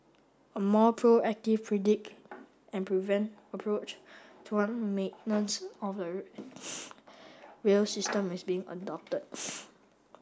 a more proactive predict and prevent approach maintenance of the rail rail system is being adopted